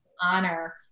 honor